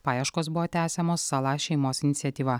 paieškos buvo tęsiamos sala šeimos iniciatyva